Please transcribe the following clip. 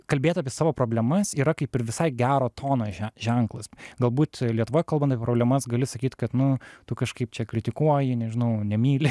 kalbėt apie savo problemas yra kaip ir visai gero tono ženklas galbūt lietuvoj kalbant apie problemas gali sakyt kad nu tu kažkaip čia kritikuoji nežinau nemyli